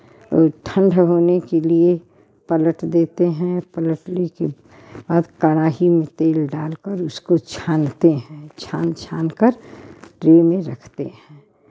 ठंडा होने के लिए पलट देते हैं पलटने के बाद कड़ाही में तेल डाल कर उसको छानते हैं छान छान कर ट्रे में रखते हैं